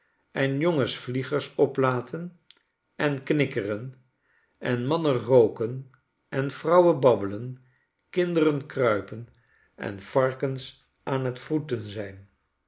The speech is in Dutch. en jongens vliegers oplaten en knikkeren en mannen rooken en vrouwen babbelen kinderen kruipen en varkens aan t wroeten zijn